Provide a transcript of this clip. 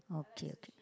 okay okay